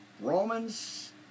Romans